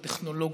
בטכנולוגיה,